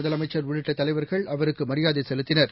முதலமைச்சர் உள்ளிட்ட தலைவர்கள் அவருக்கு மரியாதை செலுத்தினர்